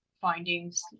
findings